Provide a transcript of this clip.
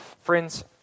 Friends